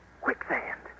Quicksand